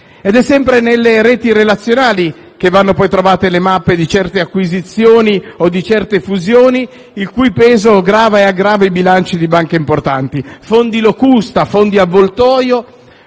Sempre nelle reti relazionali vanno trovate le mappe di certe acquisizioni o fusioni il cui pesa grava e aggrava i bilanci di banche importanti: fondi locusta e fondi avvoltoio